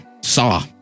Saw